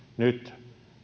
nyt